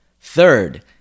Third